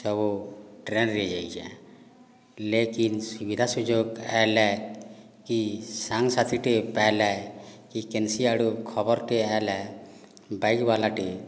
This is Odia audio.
ସବୁ ଟ୍ରେନ୍ରେ ଯାଇଛି ଲେକିନ୍ ସୁବିଧା ସୁଯୋଗ ହେଲେ କି ସାଙ୍ଗ ସାଥିଟିଏ ପାଇଲେ କି କୌଣସି ଆଡ଼ୁ ଖବରଟିଏ ଆସିଲେ ବାଇକ୍ ବାଲାଟି